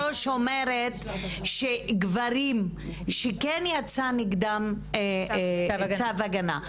יושבת-הראש אומרת שגברים שכן יצא נגדם צו הגנה,